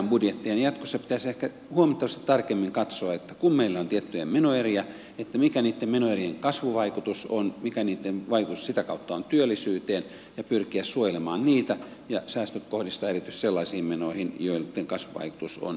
jatkossa pitäisi ehkä huomattavasti tarkemmin katsoa että kun meillä on tiettyjä menoeriä niin mikä niiden menoerien kasvuvaikutus on mikä niiden vaikutus sitä kautta on työllisyyteen ja pyrkiä suojelemaan niitä ja säästöt kohdistaa erityisesti sellaisiin menoihin joitten kasvuvaikutus on hyvin vähäinen